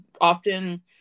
often